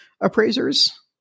appraisers